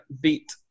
beat